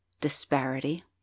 disparity